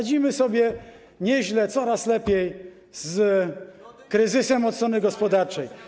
Radzimy sobie nieźle, coraz lepiej z kryzysem od strony gospodarczej.